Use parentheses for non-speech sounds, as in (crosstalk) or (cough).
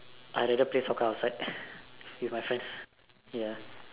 I rather play soccer outside (laughs) with my friends ya